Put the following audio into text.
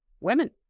women